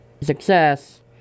success